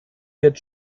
wird